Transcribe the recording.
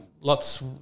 Lots